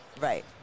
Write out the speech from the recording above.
Right